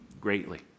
greatly